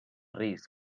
risc